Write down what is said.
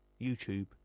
YouTube